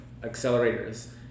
accelerators